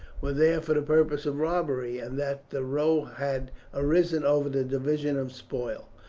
were there for the purpose of robbery, and that the row had arisen over the division of spoil.